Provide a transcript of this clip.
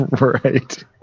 Right